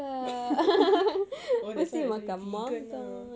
oh that's why nak jadi vegan ah